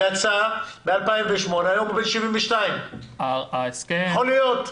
יצא ב-2008 והיום הוא בן 72. יכול להיות.